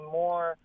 more